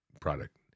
product